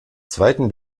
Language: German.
zweiten